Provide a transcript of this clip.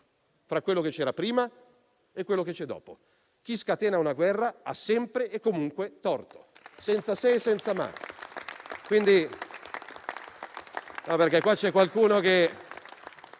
tra quello che c'era prima e quello che c'è dopo. Chi scatena una guerra ha sempre e comunque torto, senza se e senza ma.